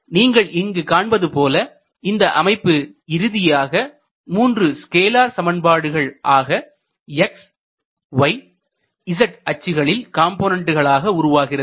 நீங்கள் இங்கு காண்பது போல இந்த அமைப்பு இறுதியாக 3 ஸ்கேலார் சமன்பாடுகள் ஆக xyz அச்சுக்களின் காம்போனென்ட்டுகளாக உருவாகிறது